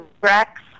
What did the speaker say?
Rex